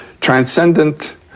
transcendent